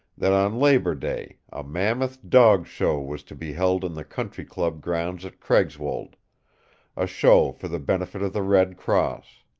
that on labor day a mammoth dog show was to be held in the country club grounds at craigswold a show for the benefit of the red cross.